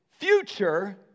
future